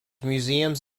museums